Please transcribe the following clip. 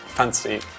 Fancy